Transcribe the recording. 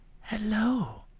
hello